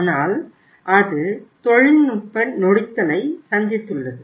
ஆனால் அது தொழில்நுட்ப நொடித்தலை சந்தித்தள்ளது